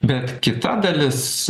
bet kita dalis